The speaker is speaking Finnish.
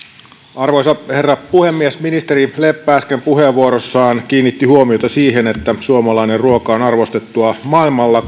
arvoisa herra puhemies ministeri leppä äsken puheenvuorossaan kuten myös edustaja savola äsken tuossa omassaan kiinnitti huomiota siihen että suomalainen ruoka on arvostettua maailmalla